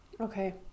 Okay